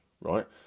right